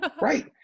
Right